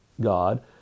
God